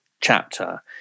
chapter